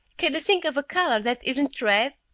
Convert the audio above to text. can you think of a color that isn't red,